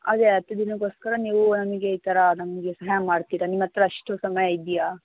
ಅದೇ ಹತ್ತು ದಿನಕ್ಕೋಸ್ಕರ ನೀವು ನಮಗೆ ಈ ಥರ ನಮಗೆ ಸಹಾಯ ಮಾಡ್ತೀರಾ ನಿಮ್ಮ ಹತ್ರ ಅಷ್ಟು ಸಮಯ ಇದೆಯಾ